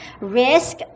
risk